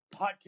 Podcast